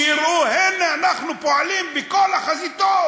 שיראו: הנה, אנחנו פועלים בכל החזיתות,